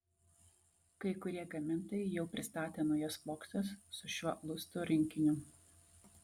kai kurie gamintojai jau pristatė naujas plokštes su šiuo lustų rinkiniu